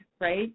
right